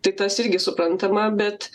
tai tas irgi suprantama bet